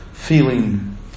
Feeling